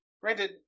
Granted